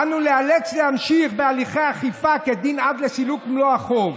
אנו ניאלץ להמשיך בהליכי האכיפה כדין עד לסילוק מלוא החוב.